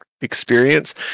experience